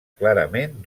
clarament